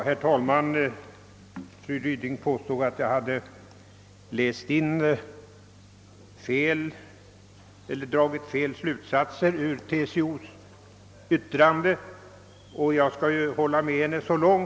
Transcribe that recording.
Herr talman! Fru Ryding påstod att jag hade dragit fel slutsatser av TCO:s yttrande, och jag kan delvis hålla med henne.